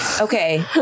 Okay